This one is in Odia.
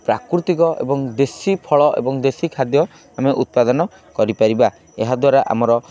ପ୍ରାକୃତିକ ଏବଂ ଦେଶୀ ଫଳ ଏବଂ ଦେଶୀ ଖାଦ୍ୟ ଆମେ ଉତ୍ପାଦନ କରିପାରିବା ଏହାଦ୍ଵାରା ଆମର